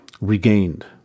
regained